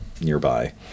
nearby